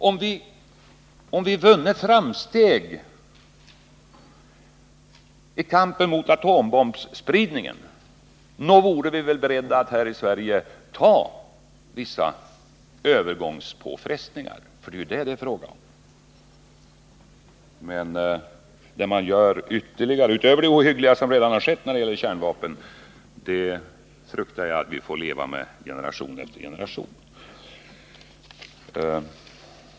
Om vi gjorde framsteg i kampen mot atombombsspridningen, nog vore vi väl då här i Sverige beredda att acceptera vissa tillfälliga påfrestningar? Det är ju detta det är fråga om. Men nu gör man ytterligare något utöver det ohyggliga som redan har skett när det gäller kärnvapen, och det fruktar jag att vi får leva med generation efter generation.